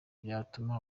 byatuma